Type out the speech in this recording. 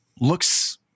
looks